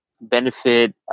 benefit